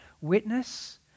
witness